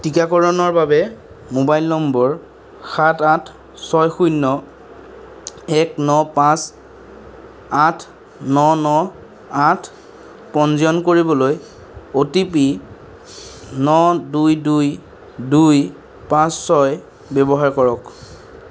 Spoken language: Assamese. টিকাকৰণৰ বাবে মোবাইল নম্বৰ সাত আঠ ছয় শূন্য এক ন পাঁচ আঠ ন ন আঠ পঞ্জীয়ন কৰিবলৈ অ' টি পি ন দুই দুই দুই পাঁচ ছয় ব্যৱহাৰ কৰক